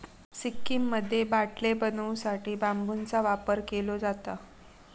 सिक्कीममध्ये बाटले बनवू साठी बांबूचा वापर केलो जाता